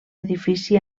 edifici